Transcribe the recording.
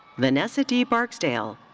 vanessa d. barksdale.